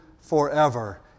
forever